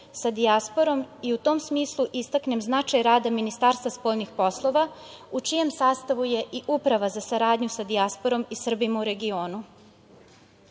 sa dijasporom i u tom smislu istaknem značaj rada Ministarstva spoljnih poslova, u čijem sastavu je i Uprava za saradnju sa dijasporom i Srbima u